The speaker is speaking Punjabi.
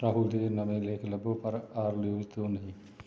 ਰਾਹੁਲ ਦੇ ਨਵੇਂ ਲੇਖ ਲੱਭੋ ਪਰ ਆਰ ਨਿਊਜ਼ ਤੋਂ ਨਹੀਂ